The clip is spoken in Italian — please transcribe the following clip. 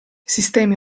sistemi